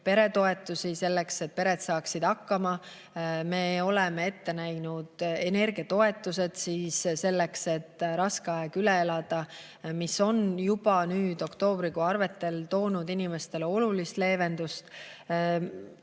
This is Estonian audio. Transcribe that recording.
peretoetusi, et pered saaksid hakkama. Me oleme ette näinud energiatoetused selleks, et raske aeg üle elada, mis on juba oktoobrikuu arvetel toonud inimestele olulist leevendust.